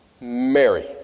Mary